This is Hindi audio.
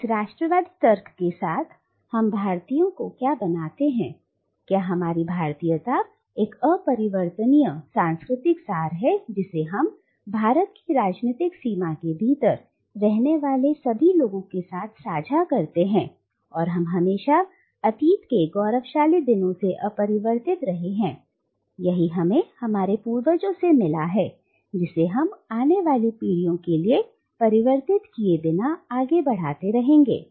तो इस राष्ट्रवादी तर्क के साथ हम भारतीयों को क्या बनाते हैं क्या हमारी भारतीयता एक अपरिवर्तनीय सांस्कृतिक सार है जिसे हम भारत की राजनीतिक सीमा के भीतर रहने वाले सभी लोगों के साथ साझा करते हैं और हम हमेशा अतीत के गौरवशाली दिनों से अपरिवर्तित रहे हैं यही हमें हमारे पूर्वजों से मिला है जिसे हम आने वाली पीढ़ियों के लिए परिवर्तित किए बिना आगे बढ़ाते रहेंगे